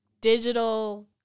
Digital